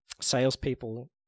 salespeople